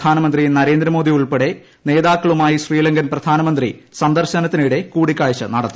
പ്രധാനമന്ത്രി നരേന്ദ്രമോദി സിങ്കെ യുൾപ്പെടെയുള്ള നേതാക്കളുമായി ശ്രീലങ്കൻ പ്രധാനമന്ത്രി സന്ദർശനത്തിനിടെ കൂടിക്കാഴ്ച നടത്തി